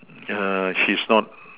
err she's not